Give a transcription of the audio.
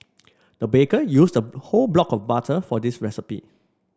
the baker used a whole block of butter for this recipe